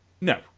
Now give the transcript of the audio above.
No